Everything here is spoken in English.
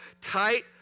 tight